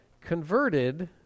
converted